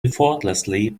effortlessly